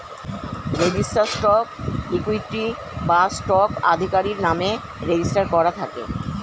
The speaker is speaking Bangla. রেজিস্টার্ড স্টক ইকুইটি বা স্টক আধিকারির নামে রেজিস্টার করা থাকে